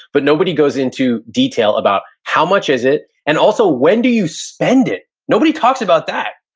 but nobody goes into detail about how much is it. and also, when do you spend it? nobody talks about that.